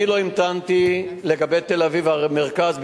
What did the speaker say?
אני לא המתנתי לגבי תל-אביב והמרכז,